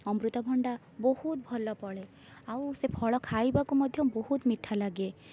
ଅମୃତଭଣ୍ଡା ବହୁତ ଭଲ ଫଳେ ଆଉ ସେ ଫଳ ଖାଇବାକୁ ମଧ୍ୟ ବହୁତ ମିଠା ଲାଗେ